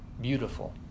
beautiful